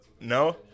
No